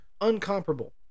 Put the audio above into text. uncomparable